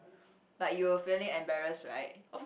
but you were feeling embarrass right